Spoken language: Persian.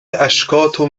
اشکاتو